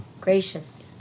gracious